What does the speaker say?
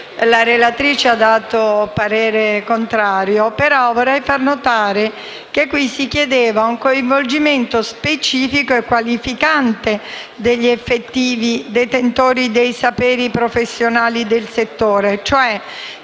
la relatrice ha dato parere contrario, che qui si chiedeva un coinvolgimento specifico e qualificante degli effettivi detentori dei saperi professionali del settore.